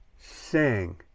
Sing